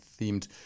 themed